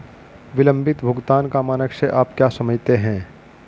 विलंबित भुगतान का मानक से आप क्या समझते हैं?